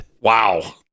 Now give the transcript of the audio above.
Wow